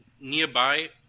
nearby